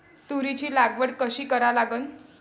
तुरीची लागवड कशी करा लागन?